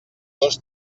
dos